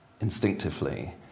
instinctively